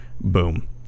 boom